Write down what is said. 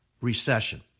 recession